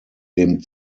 dem